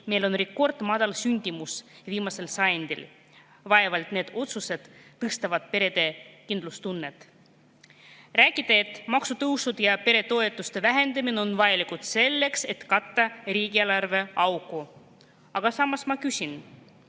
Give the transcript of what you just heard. meil on rekordmadal sündimus viimasel sajandil. Vaevalt need otsused tõstavad perede kindlustunnet. Räägite, et maksutõusud ja peretoetuste vähendamine on vajalikud selleks, et katta riigieelarve auku. Aga samas ma küsin: